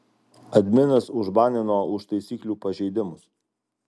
adminas užbanino už taisyklių pažeidimus